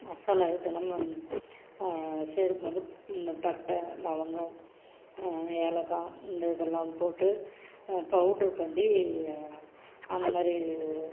மசாலா ஐட்டம்லாம் நம் சேர்க்கும் போது இந்து பட்டை லவங்கம் ஏலக்காய் இந்த இதெல்லாம் போட்டு பவுட்ரு பண்ணி அந்த மாதிரி